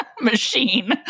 machine